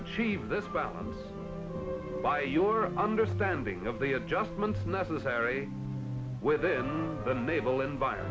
achieve this balance by your understanding of the adjustments necessary within the naval